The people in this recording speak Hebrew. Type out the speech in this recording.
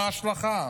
מהי ההשלכה?